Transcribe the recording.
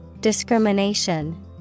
Discrimination